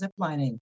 ziplining